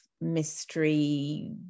Mystery